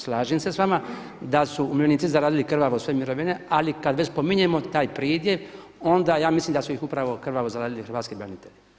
Slažem se s vama da su umirovljenici zaradili krvavo svoje mirovine, ali kad već spominjemo taj pridjev onda ja mislim da su ih upravo krvavo zaradili hrvatski branitelji.